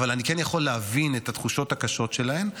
אבל אני כן יכול להבין את התחושות הקשות שלהן,